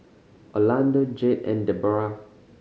Orlando Jade and Deborah